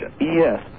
Yes